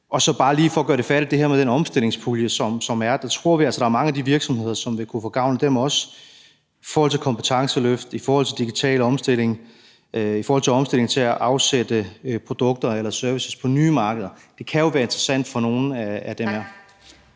Så bare lige for at gøre det færdigt med den her omstillingspulje, som der er: Der tror vi altså, at mange af de virksomheder også ville kunne få gavn af den i forhold til kompetenceløft, i forhold til digital omstilling, i forhold til omstilling til at afsætte produkter eller services på nye markeder. Det kan jo være interessant for nogle af de her